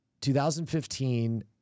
2015